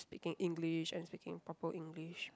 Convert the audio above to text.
speaking English and speaking proper English